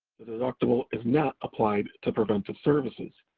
the deductible is not applied to preventive services.